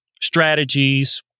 strategies